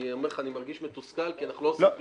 אני מרגיש מתוסכל כי אנחנו לא עושים כלום.